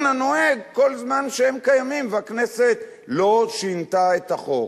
הנוהג כל זמן שהם קיימים והכנסת לא שינתה את החוק.